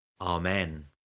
Amen